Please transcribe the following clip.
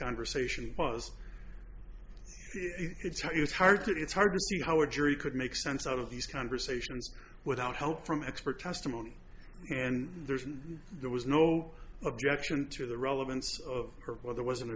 conversation was it's how it's hard to it's hard to see how a jury could make sense out of these conversations without help from expert testimony and there's been there was no objection to the relevance of whether was